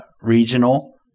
regional